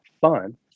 fun